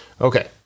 Okay